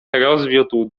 rozwiódł